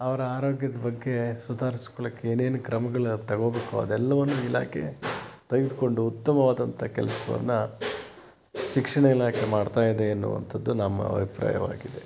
ಅವರ ಆರೋಗ್ಯದ ಬಗ್ಗೆ ಸುಧಾರ್ಸ್ಕೊಳ್ಳೋಕ್ಕೆ ಏನೇನು ಕ್ರಮಗಳು ತೊಗೋಬೇಕೋ ಅದೆಲ್ಲವನ್ನೂ ಇಲಾಖೆ ತೆಗೆದುಕೊಂಡು ಉತ್ತಮವಾದಂಥ ಕೆಲ್ಸವನ್ನು ಶಿಕ್ಷಣ ಇಲಾಖೆ ಮಾಡ್ತಾ ಇದೆ ಎನ್ನುವಂಥದ್ದು ನಮ್ಮ ಅಭಿಪ್ರಾಯವಾಗಿದೆ